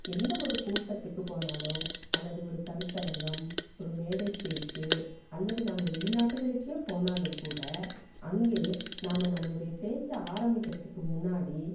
எந்த ஒரு கூட்டத்துக்கு போனாலோ அல்லது ஒரு கருத்தரங்கம் ஒரு மேடைப்பேச்சு அல்லது நாம் வெளிநாடுகளுக்கே போனாலும் கூட அங்கே நாம் நம்மளுடைய பேச்சை ஆரம்பிக்கிறத்துக்கு முன்னாடி